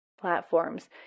platforms